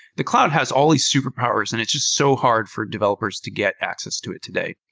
the cloud has all these superpowers and it's just so hard for developers to get access to it today.